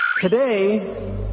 Today